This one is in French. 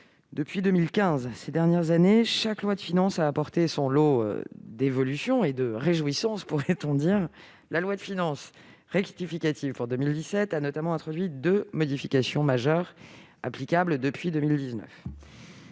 depuis 2015. Ces dernières années, chaque loi de finances a apporté son lot d'évolutions et, pourrait-on dire, de réjouissances ... Ainsi, la loi de finances rectificative pour 2017 a notamment introduit deux modifications majeures, applicables depuis 2019